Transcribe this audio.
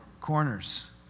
Corners